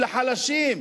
לחלשים.